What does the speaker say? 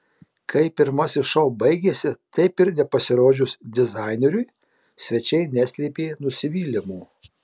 kai pirmasis šou baigėsi taip ir nepasirodžius dizaineriui svečiai neslėpė nusivylimo